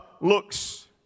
looks